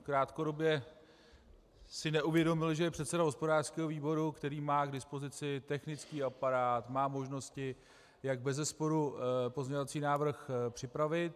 Krátkodobě jsem si neuvědomil, že je předseda hospodářského výboru, který má k dispozici technický aparát, má možnosti, jak bezesporu pozměňovací návrh připravit.